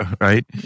Right